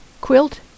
quilt